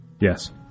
Yes